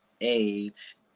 age